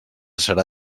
serà